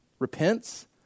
repents